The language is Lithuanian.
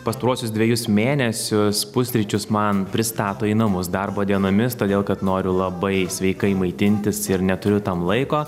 pastaruosius dvejus mėnesius pusryčius man pristato į namus darbo dienomis todėl kad noriu labai sveikai maitintis ir neturiu tam laiko